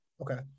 Okay